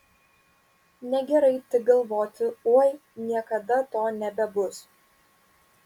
negerai tik galvoti oi niekada to nebebus